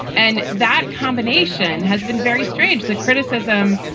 and that combination has been very strange. the criticism,